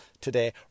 Today